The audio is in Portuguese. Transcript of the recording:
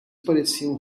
pareciam